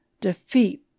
defeat